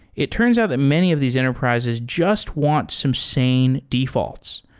it turns out that many of these enterprises just want some sane defaults.